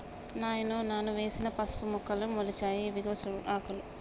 నాయనో నాను వేసిన పసుపు మొక్కలు మొలిచాయి ఇవిగో ఆకులు